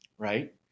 right